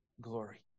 glory